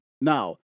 Now